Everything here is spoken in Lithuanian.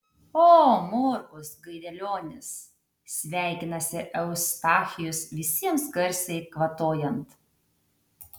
o morkus gaidelionis sveikinasi eustachijus visiems garsiai kvatojant